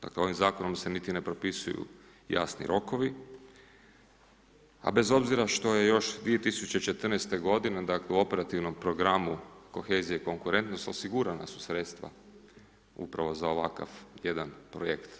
Dakle ovim Zakonom se niti ni ne propisuju jasni rokovi, a bez obzira što je još 2014. godine, dakle u Operativnom programu Kohezija i konkurentnost, osigurana su sredstva, upravo za ovakav jedan projekt.